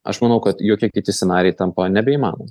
aš manau kad jokie kiti scenarijai tampa nebeįmanomi